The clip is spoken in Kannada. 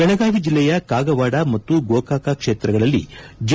ಬೆಳಗಾವಿ ಬೆಲ್ಲೆಯ ಕಾಗವಾಡ ಮತ್ತು ಗೋಕಾಕ ಕ್ಷೇತ್ರಗಳಲ್ಲಿ ಜೆ